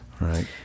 right